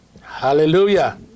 Hallelujah